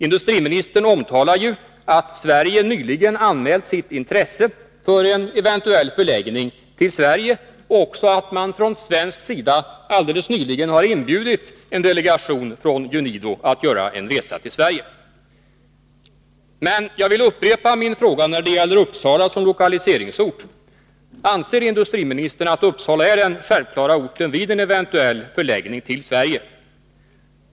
Industriministern omtalar ju att Sverige nyligen anmält sitt intresse för en eventuell förläggning till Sverige och att man också från svensk sida alldeles nyligen har inbjudit en delegation från UNIDO att göra en resa till Sverige. Men jag vill upprepa min fråga när det gäller Uppsala som lokaliseringsort. Anser industriministern att Uppsala är den självklara orten vid en eventuell förläggning till Sverige?